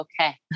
okay